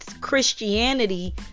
Christianity